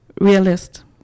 realist